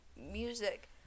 music